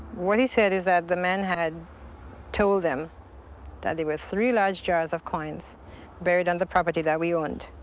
what he said is that the man had told them that there were three large jars of coins buried on the property that we owned.